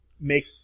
make